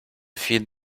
feed